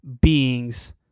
beings